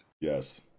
Yes